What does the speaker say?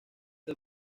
que